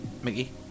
Mickey